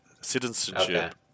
Citizenship